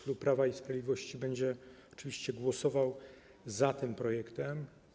Klub Prawa i Sprawiedliwości będzie oczywiście głosował za tym projektem.